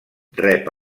rep